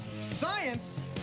science